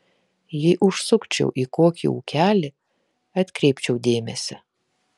jei užsukčiau į kokį ūkelį atkreipčiau dėmesį